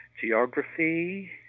Geography